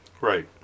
Right